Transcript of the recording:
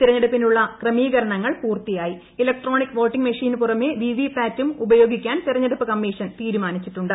തിരഞ്ഞെടുപ്പിനുള്ള electronic voting മെഷീന് പുറമേ V V പാറ്റും ഉപയോഗിക്കാൻ തിരഞ്ഞെടുപ്പ് കമ്മീഷൻ ത്രീരുമാനിച്ചിട്ടുണ്ട്